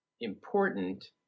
important